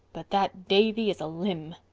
but that davy is a limb.